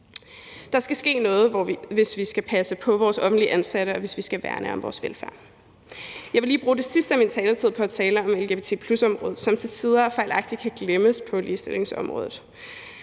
Der skal ske noget, hvis vi skal passe på vores offentligt ansatte, og hvis vi skal værne om vores velfærd. Jeg vil lige bruge den sidste del af min taletid på at tale om lgbt+-området, som til tider fejlagtigt kan glemmes på ligestillingsområdet.